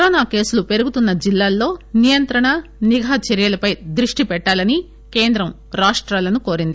corona కేసులు పెరుగుతున్న జిల్లాల్లో నియంత్రణ నిఘా చర్యలపై దృష్టి పెట్టాలని కేంద్రం రాష్టాలను కోరింది